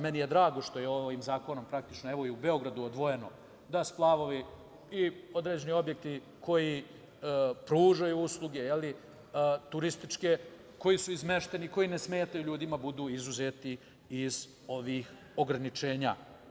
Meni je drago što je ovim zakonom praktično evo i u Beogradu odvojeno da splavovi i određeni objekti koji pružaju usluge turističke, koji su izmešteni, koji ne smetaju ljudima budu izuzeti iz ovih ograničenja.